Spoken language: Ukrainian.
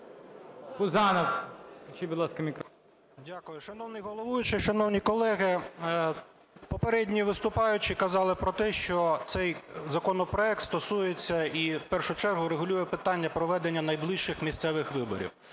Дякую. Шановний головуючий, шановні колеги, попередні виступаючі казали про те, що цей законопроект стосується і в першу чергу регулює питання проведення найближчих місцевих виборів.